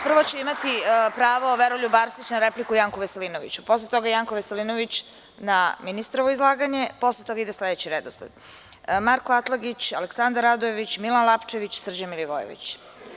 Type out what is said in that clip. Prvo će imati pravo Veroljub Arsić na repliku Janku Veselinoviću, posle toga Janko Veselinović na ministrovo izlaganje, posle toga ide sledeći redosled – Marko Atlagić, Aleksandar Radojević, Milan Lapčević, Srđan Milivojević.